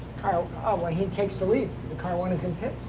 oh, um well he takes the lead. car one is in pit?